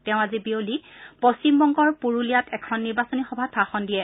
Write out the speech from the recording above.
তেওঁ আজি বিয়লি পশ্চিমবঙ্গৰ পুৰুলিয়াত এখন নিৰ্বাচনী সভাত ভাষণ দিয়ে